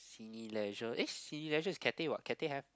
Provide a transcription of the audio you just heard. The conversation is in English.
Cineleisure eh Cineleisure is Cathay what Cathay have